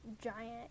giant